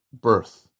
birth